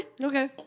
Okay